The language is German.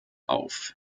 auf